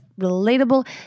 relatable